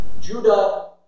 Judah